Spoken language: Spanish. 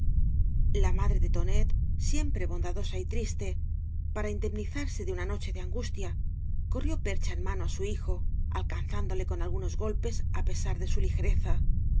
la madre de tonet siempre bondadosa y triste para indemnizarse de una noche de angustia corrió percha en mano ásu hijo alcaczándole con algunos golpes á pesar de su ligereza